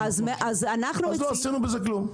אז לא עשינו בזה כלום.